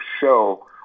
show